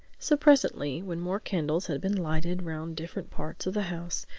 so presently when more candles had been lighted round different parts of the house,